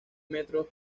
metros